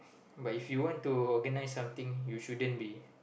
but if you want to organise something you shouldn't be